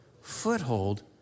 Foothold